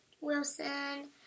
Wilson